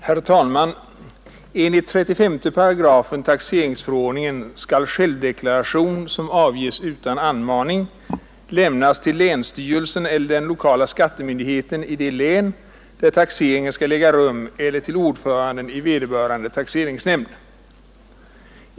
Herr talman! Enligt 35 § taxeringsförordningen skall självdeklaration, som avgives utan anmaning, avlämnas till länsstyrelsen eller till lokal skattemyndighet i det län, där taxeringen skall äga rum, eller till ordföranden i vederbörande taxeringsnämnd.